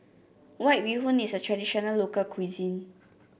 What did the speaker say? White Bee Hoon is a traditional local cuisine